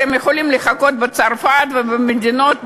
אתם יכולים לחכות בצרפת ובמדינות בעולם.